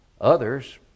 others